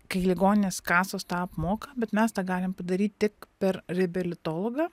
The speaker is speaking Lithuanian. kai ligoninės kasos tą apmoka bet mes tą galim padaryt tik per reabilitologą